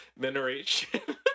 mineration